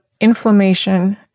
inflammation